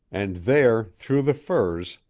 and there, through the firs,